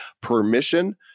permission